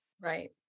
Right